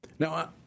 Now